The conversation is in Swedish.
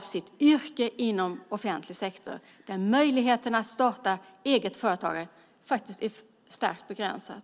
sitt yrke inom offentlig sektor där möjligheten att starta eget företag faktiskt är starkt begränsad.